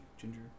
ginger